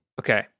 Okay